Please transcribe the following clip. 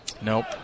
Nope